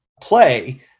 play